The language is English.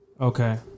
Okay